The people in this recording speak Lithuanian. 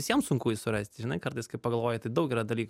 visiem sunku jį surasti žinai kartais kai pagalvoji tai daug yra dalykų